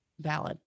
Valid